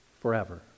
forever